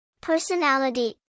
Personality